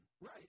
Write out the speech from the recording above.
Right